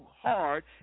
hard